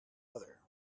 other